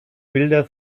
bilder